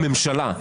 הממשלה,